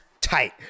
Tight